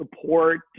support